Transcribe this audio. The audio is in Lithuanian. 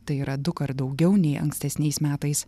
tai yra dukart daugiau nei ankstesniais metais